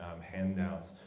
handouts